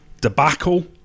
debacle